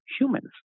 humans